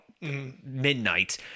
midnight